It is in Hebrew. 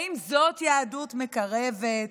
האם זאת יהדות מקרבת?